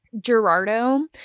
Gerardo